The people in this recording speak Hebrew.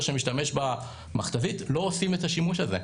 שמשתמש במכת"זית לא עושים את השימוש הזה,